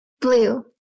blue